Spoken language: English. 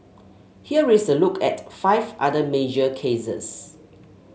here is a look at five other major cases